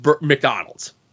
McDonald's